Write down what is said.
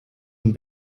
und